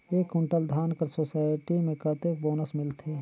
एक कुंटल धान कर सोसायटी मे कतेक बोनस मिलथे?